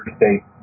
state